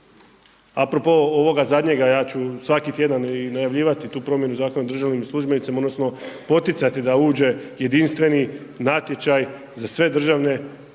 apropo ovoga zadnjega ja ću svaki tjedan i najavljivati tu promjenu Zakona o državnim službenicima odnosno poticati da uđe jedinstveni natječaj za sve državne